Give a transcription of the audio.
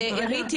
אז עירית,